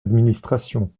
administration